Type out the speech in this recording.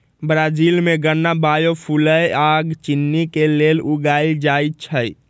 Brazil में गन्ना biofuel आ चिन्नी के लेल उगाएल जाई छई